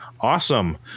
Awesome